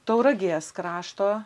tauragės krašto